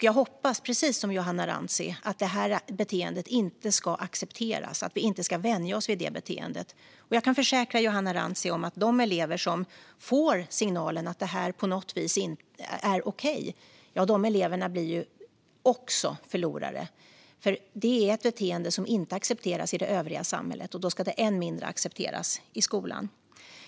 Jag hoppas, precis som Johanna Rantsi, att beteendet inte ska accepteras, att vi inte ska vänja oss vid det beteendet. Jag kan försäkra Johanna Rantsi att de elever som får signalen att det beteendet på något sätt är okej också blir förlorare. Det är ett beteende som inte accepteras i det övriga samhället. Då ska det än mindre accepteras i skolan.